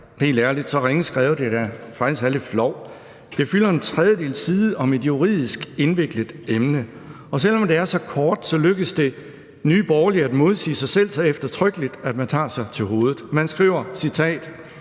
helt ærligt så ringe skrevet, at det faktisk er lidt flovt. Det fylder en tredjedel af en side, men er et juridisk indviklet emne. Og selv om det er så kort, lykkes det Nye Borgerlige at modsige sig selv så eftertrykkeligt, at man tager sig til hovedet. Man skriver: